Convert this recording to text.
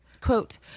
quote